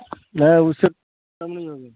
نہیں اس سے کم نہیں ہوں گے